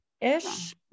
ish